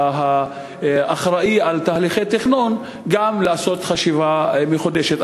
האחראי לתהליכי תכנון, גם לעשות חשיבה מחודשת.